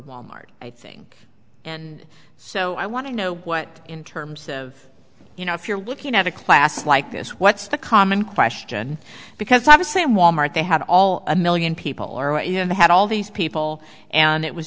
wal mart i think and so i want to know what in terms of you know if you're looking at a class like this what's the common question because obviously in wal mart they had all a million people or they had all these people and it was